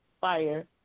fire